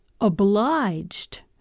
obliged